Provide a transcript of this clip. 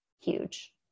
huge